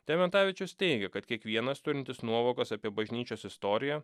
dementavičius teigia kad kiekvienas turintis nuovokos apie bažnyčios istoriją